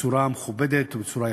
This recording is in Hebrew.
בצורה מכובדת ובצורה יפה,